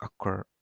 occur